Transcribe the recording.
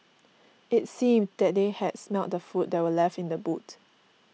it seemed that they had smelt the food that were left in the boot